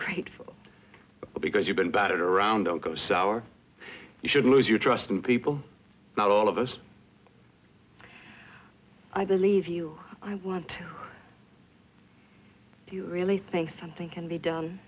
grateful but because you've been battered around don't go sour you should lose your trust in people not all of us i believe you i want to really think something can be done